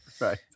right